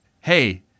hey